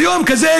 ביום כזה,